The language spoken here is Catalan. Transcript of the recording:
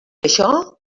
això